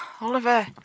Oliver